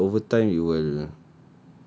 the colour over time it will